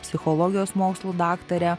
psichologijos mokslų daktare